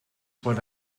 what